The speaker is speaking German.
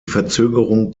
verzögerung